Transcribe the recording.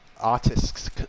artists